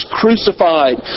crucified